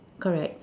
correct